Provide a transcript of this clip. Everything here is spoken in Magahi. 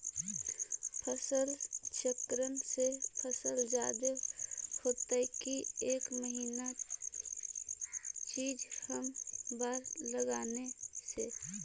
फसल चक्रन से फसल जादे होतै कि एक महिना चिज़ हर बार लगाने से?